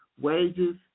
wages